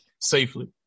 safely